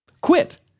Quit